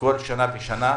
כל שנה ושנה.